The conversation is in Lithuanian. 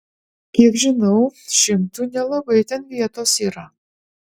kiek žinau šimtui nelabai ten vietos yra